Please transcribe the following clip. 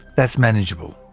that's manageable.